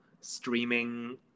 streaming